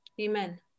Amen